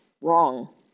wrong